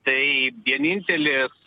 tai vienintelis